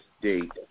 date